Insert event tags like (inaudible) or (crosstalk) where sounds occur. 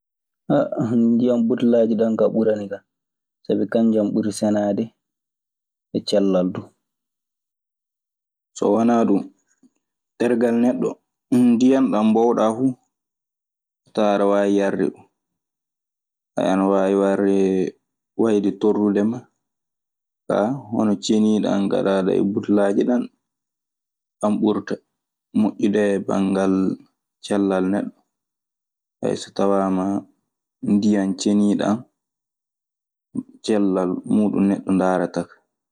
(hesitation) ndiyan butelaaji ɗan kaa ɓurani kan sabi kanjan ɓuri senaade e cellal duu. So wanaa ɗun tergal neɗɗo ndiyan ɗan mboowɗaa fuu, tawan aɗe waawi yarde ɗun. (hesitation) ana waawi wayde torlude ma. Kaa, hono ceniiɗan ngaɗaaɗan e butelaaji ɗan, ɗan ɓurata moƴƴude e banngal cellal neɗɗo. (hesitation) so tawaama ndiyan ceniiɗan, cellal muuɗun neɗɗo ndaarata kaa.